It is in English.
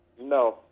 No